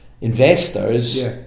investors